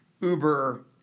Uber